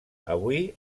avui